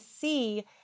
see